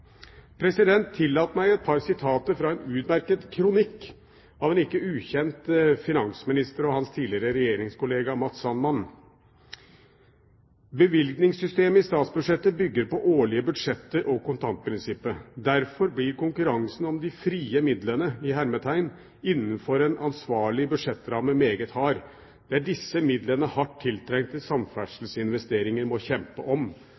meg et par sitater fra en utmerket kronikk av en ikke ukjent finansminister og hans tidligere regjeringskollega Matz Sandman: «bevilgningssystemet i statsbudsjettet bygger på årlige budsjetter og kontantprinsippet, derfor blir konkurransen om de «frie midlene» innenfor en ansvarlig budsjettramme meget hard. Det er disse midlene hardt tiltrengte samferdselsinvesteringer må kjempe om.»